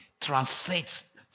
transcends